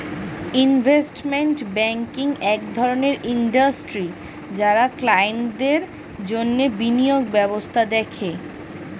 investment banking এক ধরণের industry যারা ক্লায়েন্টদের জন্যে বিনিয়োগ ব্যবস্থা দেখে